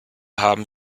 haben